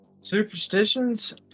Superstitions